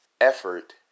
effort